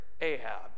Ahab